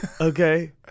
Okay